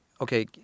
okay